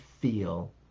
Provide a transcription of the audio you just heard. feel